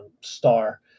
star